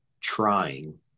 trying